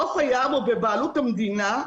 חוף הים הוא בבעלות המדינה,